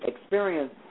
Experience